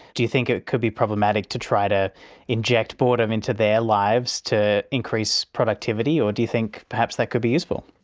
do you think it could be problematic to try to inject boredom into their lives to increase productivity, or do you think perhaps that could be useful?